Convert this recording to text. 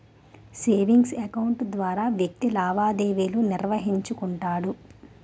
savings account ద్వారా వ్యక్తి లావాదేవీలు నిర్వహించుకుంటాడు